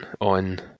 on